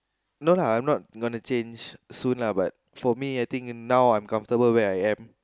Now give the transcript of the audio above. no lah I'm not gonna change soon lah but for me I think now I'm comfortable where I am